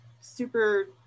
super